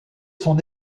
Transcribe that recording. son